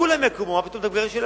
כולם יקומו: מה פתאום אתה מגרש ילדים?